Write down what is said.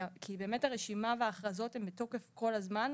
כי הרשימה וההכרזות הן בתוקף כל הזמן,